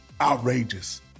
outrageous